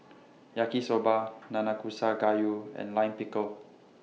Yaki Soba Nanakusa Gayu and Lime Pickle